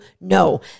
no